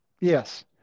Yes